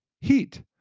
heat